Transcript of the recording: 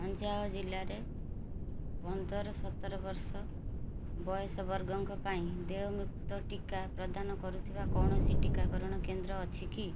ଅଞ୍ଜାଅ ଜିଲ୍ଲାରେ ପନ୍ଦର ସତର ବର୍ଷ ବୟସ ବର୍ଗଙ୍କ ପାଇଁ ଦେୟମୁକ୍ତ ଟିକା ପ୍ରଦାନ କରୁଥିବା କୌଣସି ଟିକାକରଣ କେନ୍ଦ୍ର ଅଛି କି